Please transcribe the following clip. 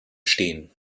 stehen